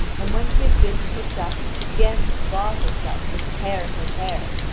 and when she had been picked up she began to claw herself and tear her hair,